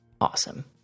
Awesome